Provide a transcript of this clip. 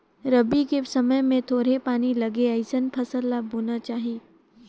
रबी के समय मे थोरहें पानी लगे अइसन फसल ल बोना चाही